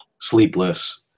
Sleepless